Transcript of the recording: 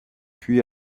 puis